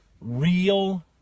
real